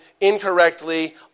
incorrectly